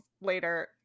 later